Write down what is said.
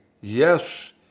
yes